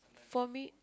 for me